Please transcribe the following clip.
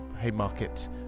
Haymarket